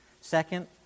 second